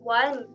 one